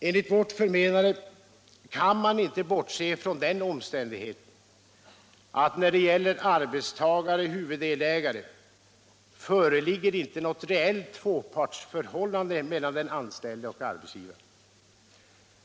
Enligt vårt förmenande kan man inte bortse från den omständigheten att när det gäller arbetstagare-huvuddelägare föreligger inte något reellt tvåpartsförhållande mellan den anställde och arbetsgivaren.